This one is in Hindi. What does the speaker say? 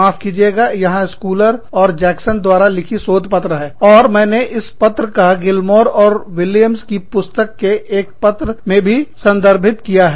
माफ कीजिएगा यहां स्कूलर और जैक्सन द्वारा लिखी शोध पत्र है और मैंने इस पत्र का गिल्मोर और विलियम्स की पुस्तक के एक पत्र में भी संदर्भित किया है